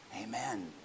Amen